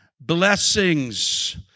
blessings